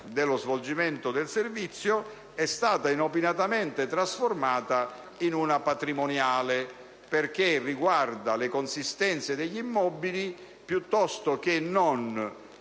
dello svolgimento del servizio, è stata inopinatamente trasformata in una patrimoniale, perché riguarda le consistenze degli immobili piuttosto che gli